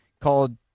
called